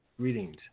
Greetings